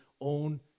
own